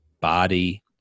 body